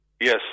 Yes